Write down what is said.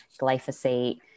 glyphosate